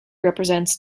represents